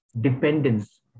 dependence